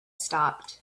stopped